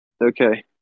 Okay